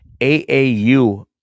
AAU